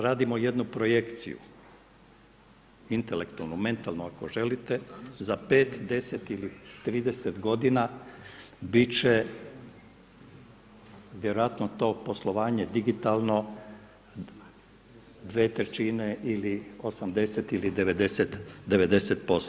Radimo jednu projekciju intelektualnu, mentalnu ako želite, za 5, 10 ili 30 godina bit će vjerojatno to poslovanje digitalno 2/3 ili 80% ili 90%